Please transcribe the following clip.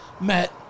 met